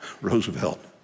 Roosevelt